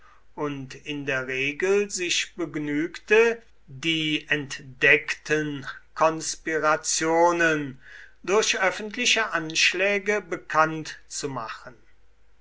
und in der regel sich begnügte die entdeckten konspirationen durch öffentliche anschläge bekannt zu machen